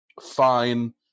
Fine